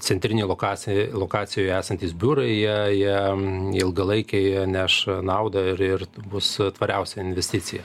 centrinėj loka lokacijoj esantys biurai jie jie ilgalaikiai neš naudą ir ir bus tvariausia investicija